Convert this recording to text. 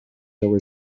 over